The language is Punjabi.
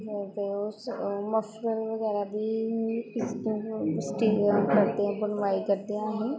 ਅਤੇ ਅਤੇ ਉਸ ਉਹ ਮਫਲਰ ਵਗੈਰਾ ਦੀ ਅਸਟੀ ਸਟੀਵਰ ਕਰਦੇ ਹਾਂ ਬੁਣਵਾਈ ਕਰਦੇ ਹਾਂ ਅਸੀਂ